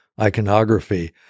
iconography